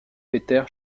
peter